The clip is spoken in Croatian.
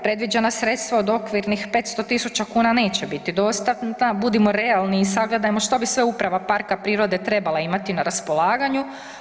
Predviđena sredstva od okvirnih 500 tisuća kuna neće biti dostatna, budimo realni i sagledajmo što bi sve uprava parka prirode trebala imati na raspolaganju.